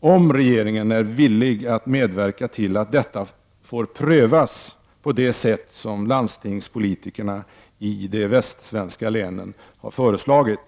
och om den är villig att medverka till att detta får prövas på det sätt som landstingspolitikerna i de västsvenska länen har föreslagit.